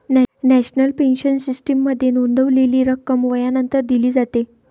national pension सिस्टीममध्ये नोंदवलेली रक्कम वयानंतर दिली जाते